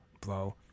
bro